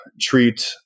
treat